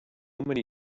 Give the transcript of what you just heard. many